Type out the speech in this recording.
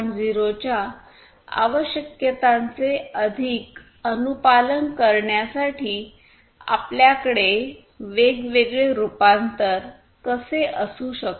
0 च्या आवश्यकतांचे अधिक अनुपालन करण्यासाठी आपल्याकडे वेगवेगळे रूपांतर कसे असू शकते